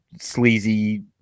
sleazy